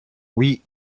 oui